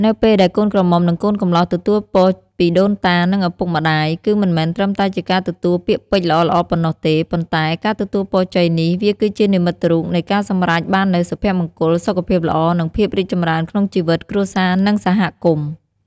នៅពេលដែលកូនក្រមុំ និងកូនកំលោះទទួលពរពីដូនតានិងឪពុកម្តាយ គឺមិនមែនត្រឹមតែជាការទទួលពាក្យពេចន៍ល្អៗប៉ុណ្ណោះទេ ប៉ុន្ដែ ការទទួលពរជ័យនេះ វាគឺជានិមិត្តរូបនៃការសម្រេចបាននូវសុភមង្គល សុខភាពល្អ និងភាពរីកចម្រើនក្នុងជីវិត គ្រួសារ និងសហគមន៍។